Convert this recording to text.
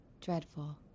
dreadful